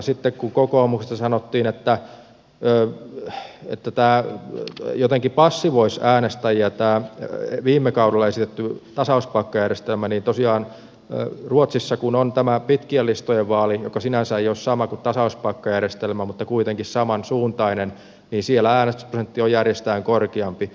sitten kun kokoomuksesta sanottiin että tämä jotenkin passivoisi äänestäjiä tämä viime kaudella esitetty tasauspaikkajärjestelmä niin tosiaan ruotsissa kun on tämä pitkien listojen vaali joka sinänsä ei ole sama kuin tasauspaikkajärjestelmä mutta kuitenkin samansuuntainen niin siellä äänestysprosentti on järjestään korkeampi